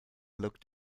looked